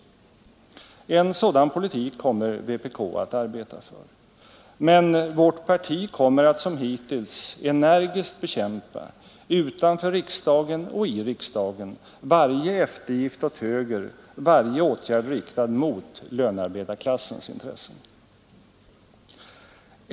En sådan politik kommer vpk att arbeta för. Men vårt parti kommer att som hittills energiskt bekämpa, utanför riksdagen och i riksdagen, varje eftergift åt höger, varje åtgärd riktad mot lönearbetarklassens intressen.